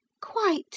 Quite